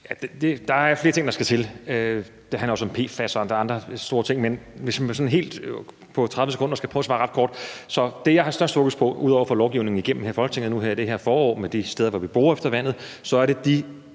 Der er flere ting, der skal til. Det handler også om PFAS og andre store ting, men hvis man på 30 sekunder skal prøve at svare ret kort, vil jeg sige, at det, jeg har størst fokus på, ud over at få lovgivningen igennem her i Folketinget i det her forår med de steder, hvor vi borer efter vandet, er at få